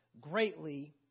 greatly